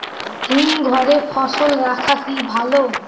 হিমঘরে ফসল রাখা কি ভালো?